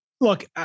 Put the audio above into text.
Look